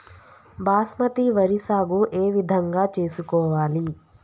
బాస్మతి వరి సాగు ఏ విధంగా చేసుకోవాలి?